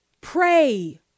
pray